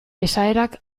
esaerak